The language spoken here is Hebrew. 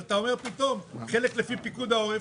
אתה אומר פתאום שחלק לפי פיקוד העורף.